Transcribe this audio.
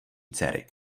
dcery